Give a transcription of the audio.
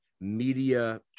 media